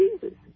Jesus